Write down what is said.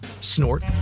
snort